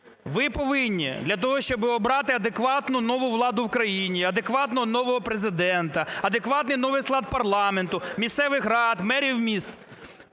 ви повинні для того, щоб обрати адекватну нову владу в країні, адекватного нового Президента, адекватний новий склад парламенту, місцевих рад, мерів міст,